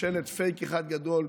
ממשלת פייק אחד גדול,